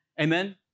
amen